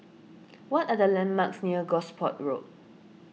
what are the landmarks near Gosport Road